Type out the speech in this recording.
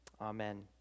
Amen